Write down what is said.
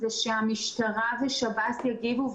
שהמשטרה ושב"ס יגיבו,